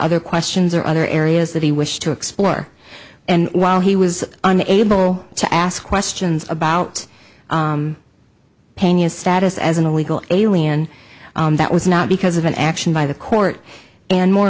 other questions or other areas that he wished to explore and while he was an able to ask questions about paying his status as an illegal alien that was not because of an action by the court and more